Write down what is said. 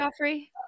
Joffrey